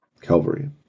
calvary